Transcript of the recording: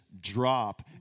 drop